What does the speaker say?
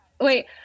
Wait